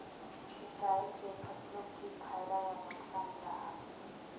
सिंचाई से फसलोक की फायदा या नुकसान जाहा?